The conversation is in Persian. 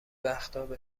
وقتابه